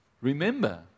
Remember